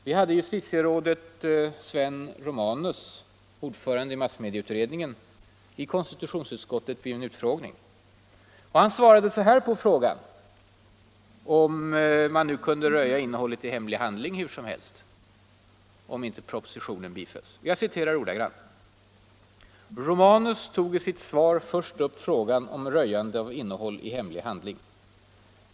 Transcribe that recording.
Vi hade f. d. justitierådet Sven Romanus, ordförande i massmedieutredningen, i konstitutionsutskottet vid en utfrågning. Han svarade så här på frågan huruvida man nu kunde röja innehållet i hemlig handling hur som helst, om inte propositionen bifölls: ”Romanus tog i sitt svar först upp frågan om röjande av innehåll i hemlig handling.